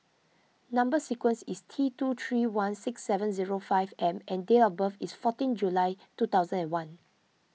Number Sequence is T two three one six seven zero five M and date of birth is fourteen July two thousand and one